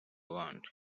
want